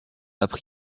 appris